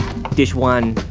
dish one,